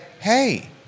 hey